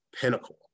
pinnacle